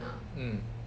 mm